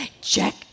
Check